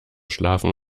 schlafen